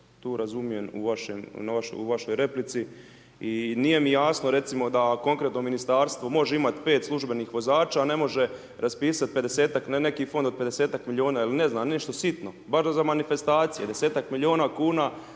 tu razumijem u vašoj replici i nije mi jasno da konkretno ministarstvo može imat 5 službenih vozača, a ne može raspisat na neki fond od 50ak milijuna ili ne znam, nešto sitno, barem za manifestacije, 10ak milijuna kuna